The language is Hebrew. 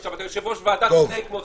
איך אפשר להצביע על ההסתייגויות ועל